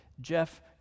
Jeff